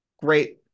great